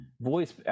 voice